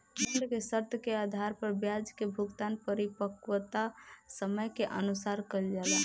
bond के शर्त के आधार पर ब्याज के भुगतान परिपक्वता समय के अनुसार कईल जाला